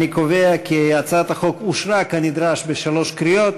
אני קובע כי הצעת החוק אושרה כנדרש בשלוש קריאות,